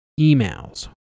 emails